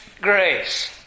grace